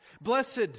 Blessed